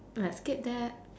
let's skip that